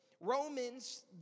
Romans